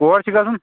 کور چھِ گَژھُن